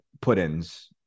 put-ins